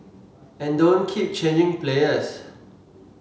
and don't keep changing players